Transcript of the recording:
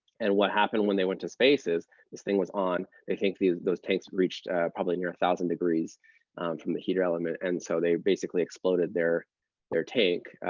and what happened when they went to space is this thing was on. they think those tanks reached probably near a thousand degrees from the heater element. and so they basically exploded their their tank.